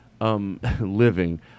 Living